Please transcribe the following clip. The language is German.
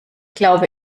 glaube